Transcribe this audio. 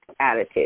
attitude